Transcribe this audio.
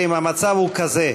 חברים, המצב הוא כזה,